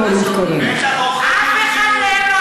אף אחד מהם לא,